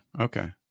okay